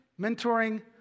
mentoring